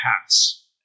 hats